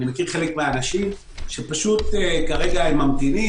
אני מכיר חלק מן האנשים שכרגע ממתינים,